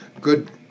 good